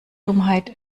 dummheit